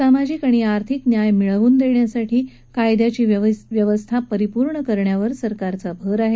सामाजिक आणि आर्थिक न्याय मिळून देण्यासाठी कायद्यांची व्यवस्था परिपूर्ण करण्यावर सरकार भर देत आहे